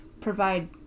provide